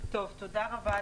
קודם כל,